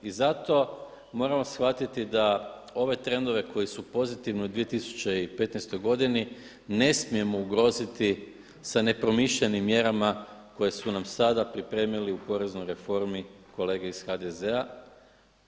I zato moramo shvatiti da ove trendove koji su pozitivni u 2015. godini ne smijemo ugroziti sa nepromišljenim mjerama koje su nam sada pripremili u poreznoj reformi kolege iz HDZ-a.